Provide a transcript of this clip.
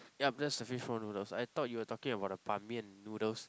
yup that's the fishball noodles I thought you were talking about the Ban-Mian noodles